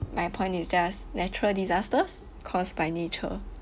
my point is just natural disasters caused by nature